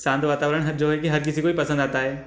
शांत वातावरण ह जो है कि हर किसी को ही पसंद आता है